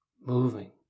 moving